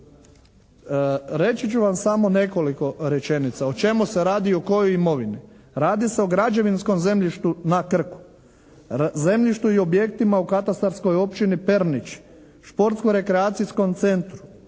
Reći ću vam samo nekoliko rečenica o čemu se radi, o kojoj imovini. Radi se o građevinskom zemljištu na Krku, zemljištu i objektima u katastarskoj općini Pernić, športsko-rekreacijskom centru